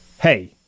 hey